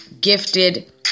gifted